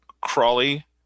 Crawley